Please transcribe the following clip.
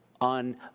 On